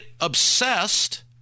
obsessed